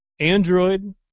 Android